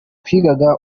twigaga